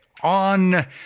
on